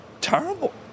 terrible